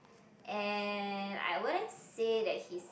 and I wouldn't say that his